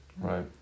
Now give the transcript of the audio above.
right